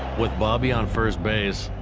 with bobby on first base,